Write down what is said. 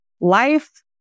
life